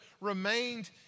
remained